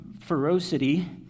ferocity